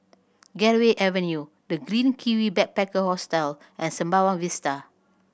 Gateway Avenue The Green Kiwi Backpacker Hostel and Sembawang Vista